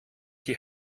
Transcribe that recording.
die